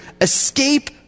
Escape